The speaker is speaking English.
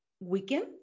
weekend